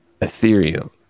Ethereum